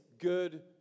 good